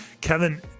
Kevin